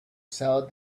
saw